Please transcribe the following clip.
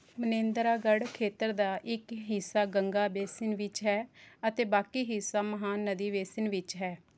ਮਨੇਂਦਰਾਗੜ੍ਹ ਖੇਤਰ ਦਾ ਇੱਕ ਹਿੱਸਾ ਗੰਗਾ ਬੇਸਿਨ ਵਿੱਚ ਹੈ ਅਤੇ ਬਾਕੀ ਹਿੱਸਾ ਮਹਾਨਦੀ ਬੇਸਿਨ ਵਿੱਚ ਹੈ